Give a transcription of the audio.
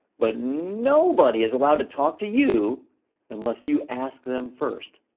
but nobody is allowed to talk to you unless you ask them first,